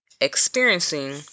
experiencing